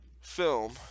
film